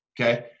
Okay